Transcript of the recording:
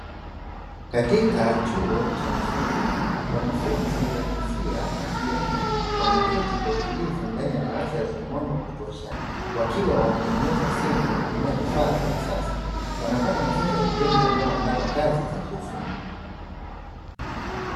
Katika chuo cha ufundi, wanafunzi wa jinsia ya kiume wameketi kwa utulivu ndani ya darasa lenye mwanga wa kutosha, wakiwa wanatengeneza simu kwa vifaa vya kisasa, wanapata mafunzo ya vitendo yanayowaandaa kwa kazi za kiufundi.